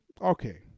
okay